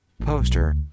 Poster